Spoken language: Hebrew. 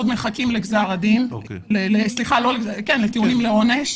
עוד מחכים לטיעונים לעונש.